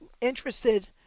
interested